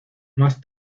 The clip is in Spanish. más